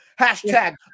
Hashtag